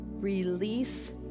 release